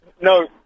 No